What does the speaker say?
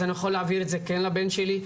אז אני יכול להעביר את זה כן לבן שלי,